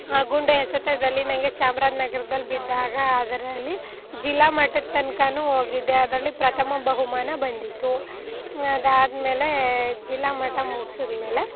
ಆ ಗುಂಡು ಎಸೆತದಲ್ಲಿ ನನಗೆ ಚಾಮರಾಜನಗರದಲ್ಲಿ ಬಿದ್ದಾಗ ಅದರಲ್ಲಿ ಜಿಲ್ಲಾ ಮಟ್ಟದ ತನಕನೂ ಹೋಗಿದ್ದೆ ಅದರಲ್ಲಿ ಪ್ರಥಮ ಬಹುಮಾನ ಬಂದಿತ್ತು ಅದಾದಮೇಲೆ ಜಿಲ್ಲ ಮಟ್ಟ ಮುಗ್ಸಿದ್ಮೇಲೆ